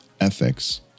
ethics